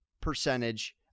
percentage